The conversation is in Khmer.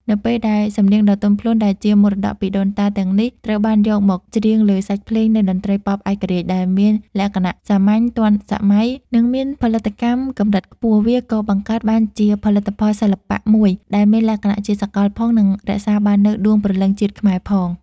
នៅពេលដែលសំនៀងដ៏ទន់ភ្លន់ដែលជាមរតកពីដូនតាទាំងនេះ ត្រូវបានយកមកច្រៀងលើសាច់ភ្លេងនៃតន្ត្រីប៉ុបឯករាជ្យ ដែលមានលក្ខណៈសាមញ្ញ ទាន់សម័យ និងមានផលិតកម្មកម្រិតខ្ពស់ វាក៏បង្កើតបានជាផលិតផលសិល្បៈមួយដែលមានលក្ខណៈជាសកលផង និងរក្សាបាននូវដួងព្រលឹងជាតិខ្មែរផង។